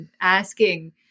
asking